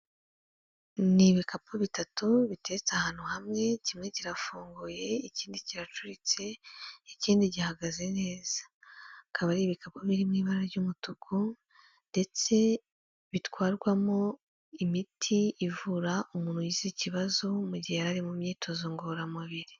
Ni ibikapu bitatu, bitetse ahantu hamwe, kimwe kirafunguye, ikindi kiracuritse, ikindi gihagaze neza, akaba ari ibikapu biri mu ibara ry'umutuku, ndetse bitwarwamo imiti ivura umuntu ugize ikibazo mu gihe yari ari mu myitozo ngororamubiri.